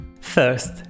First